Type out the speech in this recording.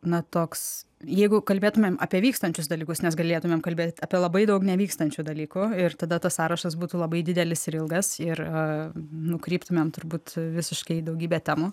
na toks jeigu kalbėtumėm apie vykstančius dalykus mes galėtumėm kalbėt apie labai daug nevykstančių dalykų ir tada tas sąrašas būtų labai didelis ir ilgas ir nukryptumėm turbūt visiškai į daugybę temų